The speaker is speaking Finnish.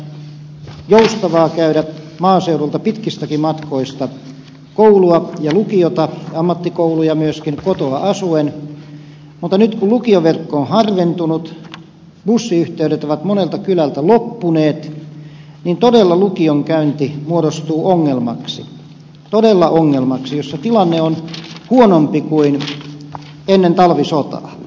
tuolloin oli erittäin joustavaa käydä maaseudulta pitkistäkin matkoista koulua ja lukiota ammattikouluja myöskin kotoa asuen mutta nyt kun lukioverkko on harventunut bussiyhteydet ovat monelta kylältä loppuneet niin todella lukionkäynti muodostuu ongelmaksi todella ongelmaksi jossa tilanne on huonompi kuin ennen talvisotaa